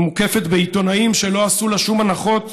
מוקפת בעיתונאים שלא עשו לה שום הנחות.